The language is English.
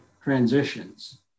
transitions